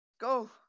go